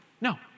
No